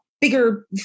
bigger